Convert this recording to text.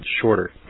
shorter